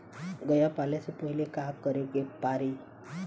गया पाले से पहिले का करे के पारी?